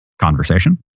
conversation